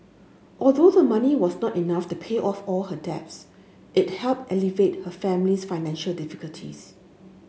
although the money was not enough to pay off all her debts it helped alleviate her family's financial difficulties